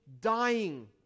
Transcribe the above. dying